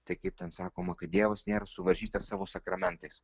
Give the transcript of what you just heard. tai kaip ten sakoma kad dievas nėra suvaržytas savo sakramentais